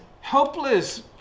helpless